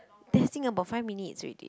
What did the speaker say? testing about five minutes already